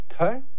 Okay